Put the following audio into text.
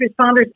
responders